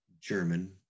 German